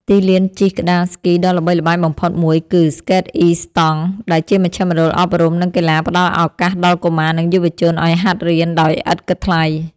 ទីលានជិះក្ដារស្គីដ៏ល្បីល្បាញបំផុតមួយគឺ ស្កេតអ៊ីស្តង់ ដែលជាមជ្ឈមណ្ឌលអប់រំ និងកីឡាផ្ដល់ឱកាសដល់កុមារ និងយុវជនឱ្យហាត់រៀនដោយឥតគិតថ្លៃ។